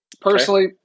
Personally